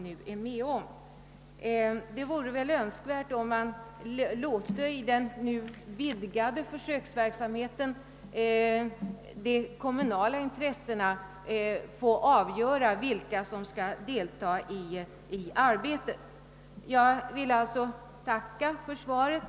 Det vore önskvärt att man i den vidgade försöksverksamheten lät de 1okala intressena få bestämma vilka som skall deltaga i arbetet. Jag tackar än en gång för svaret.